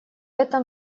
этом